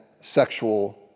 sexual